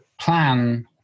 plan